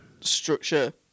structure